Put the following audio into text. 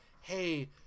hey